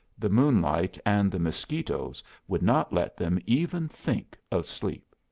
the moonlight, and the mosquitoes would not let them even think of sleep.